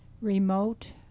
remote